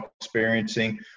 experiencing